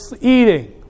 eating